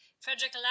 Frederick